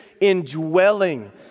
indwelling